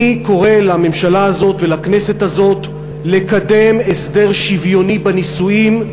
אני קורא לממשלה הזאת ולכנסת הזאת לקדם הסדר שוויוני בנישואים,